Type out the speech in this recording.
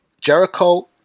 Jericho